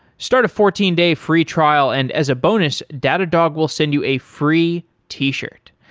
start a fourteen day free trial, and as a bonus, datadog will send you a free t-shirt.